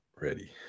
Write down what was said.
ready